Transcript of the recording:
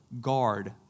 Guard